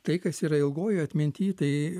tai kas yra ilgojo atminty tai